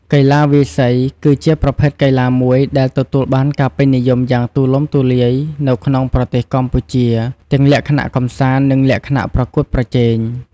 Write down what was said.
កីឡាវាយសី គឺជាប្រភេទកីឡាមួយដែលទទួលបានការពេញនិយមយ៉ាងទូលំទូលាយនៅក្នុងប្រទេសកម្ពុជា ទាំងលក្ខណៈកម្សាន្ត និងលក្ខណៈប្រកួតប្រជែង។